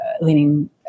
leaning